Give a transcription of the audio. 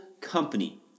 company